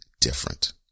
different